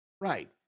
Right